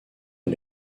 est